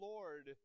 Lord